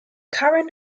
karen